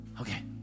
Okay